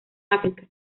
áfrica